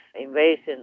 invasion